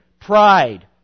pride